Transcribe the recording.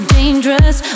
dangerous